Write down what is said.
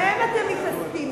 בהם אתם מתעסקים.